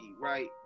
right